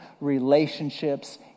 relationships